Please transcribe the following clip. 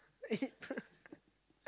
it